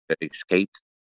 escaped